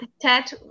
Ted